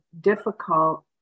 difficult